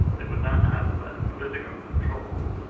they would not have political control.